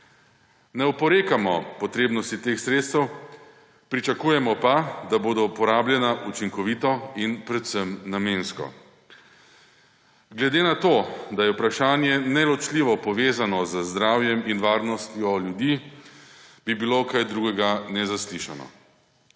Ne oporekamo potrebnosti teh sredstev, pričakujemo pa, da bodo uporabljena učinkovito in predvsem namensko. Glede na to, da je vprašanje neločljivo povezano z zdravjem in varnostjo ljudi, bi bilo kaj drugega nezaslišano.